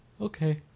Okay